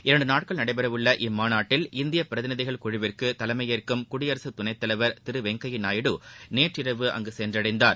இரண்டு நாட்கள் நடைபெறவுள்ள இம்மாநாட்டில் இந்திய பிரதிநிதிகள் குழுவிற்கு தலைமை ஏற்கும் குடியரசு துணைத்தலைவர் திரு வெங்கைய நாயுடு நேற்றிரவு அங்கு சென்றடைந்தார்